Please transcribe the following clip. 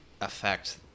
affect